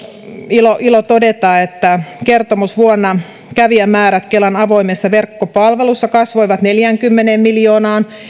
ilo ilo todeta että kertomusvuonna kävijämäärät kelan avoimessa verkkopalvelussa kasvoivat neljäänkymmeneen miljoonaan